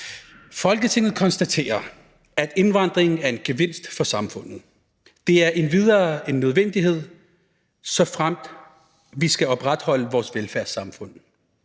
»Folketinget konstaterer, at indvandringen er en gevinst for samfundet. Den er endvidere en nødvendighed, såfremt vi skal opretholde vores velfærdssamfund.